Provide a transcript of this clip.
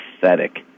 pathetic